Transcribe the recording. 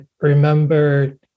remember